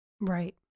Right